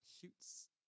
Shoots